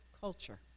culture